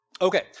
Okay